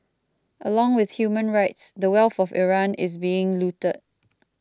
along with human rights the wealth of Iran is being looted